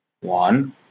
one